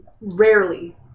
rarely